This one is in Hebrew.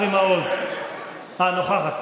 אה, נוכחת.